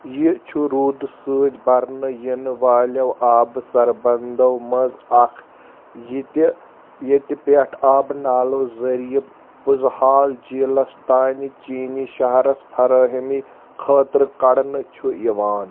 یہِ چھُ روٗدٕ سۭتۍ بَرنہٕ یِنہٕ والیٚو آبہٕ سربندو منٛز اَکھ یِتہِ ییٚتہِ پیٚٹھ آب نالَو ذٔریعہِ پُزہال جیٖلَس تانہِ چیٖنی شہرس فَرٲہمی خٲطرٕ کڑنہٕ چھُ یِوان